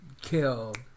killed